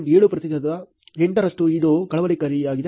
7 ಪ್ರತಿಶತ 8 ರಷ್ಟು ಇದು ಕಳವಳಕಾರಿಯಾಗಿದೆ